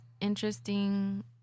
interesting